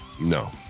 No